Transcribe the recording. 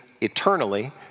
eternally